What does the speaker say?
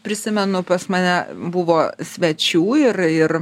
prisimenu pas mane buvo svečių ir ir